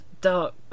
dark